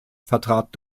vertrat